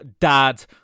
Dad